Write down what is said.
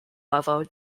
level